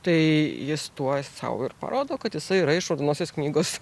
tai jis tuo sau ir parodo kad jisai yra iš raudonosios knygos